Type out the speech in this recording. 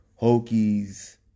Hokies